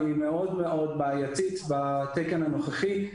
שהוא מאוד בעייתי בתקן הנוכחי,